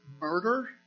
murder